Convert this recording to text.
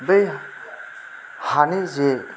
बै हानि जि